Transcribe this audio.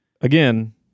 Again